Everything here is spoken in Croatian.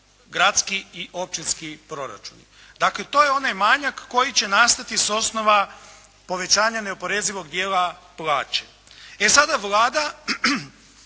gradski i općinski proračuni. Dakle, to je onaj manjak koji će nastati s osnova povećanja neoporezivog dijela plaće. E sada Vlada